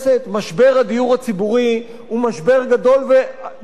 משבר הדיור הציבורי הוא משבר גדול ומשמעותי.